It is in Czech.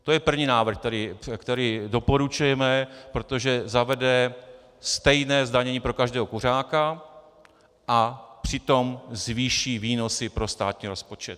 To je první návrh, který doporučujeme, protože zavede stejné zdanění pro každého kuřáka a přitom zvýší výnosy pro státní rozpočet.